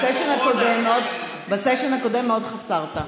בסשן הקודם מאוד חסרת.